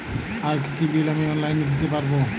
আর কি কি বিল আমি অনলাইনে দিতে পারবো?